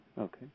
Okay